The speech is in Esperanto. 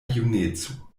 juneco